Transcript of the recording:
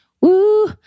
Woo